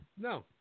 no